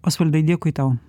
osvaldai dėkui tau